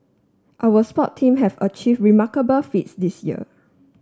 our sport teams have achieve remarkable feats this year